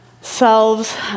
selves